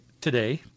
today